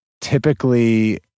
typically